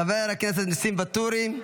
חבר הכנסת ניסים ואטורי,